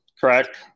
correct